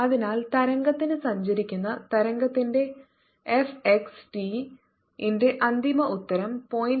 അതിനാൽ തരംഗത്തിന് സഞ്ചരിക്കുന്ന തരംഗത്തിന്റെ എഫ് എക്സ് ടി ന്റെ അന്തിമ ഉത്തരം 0